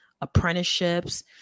apprenticeships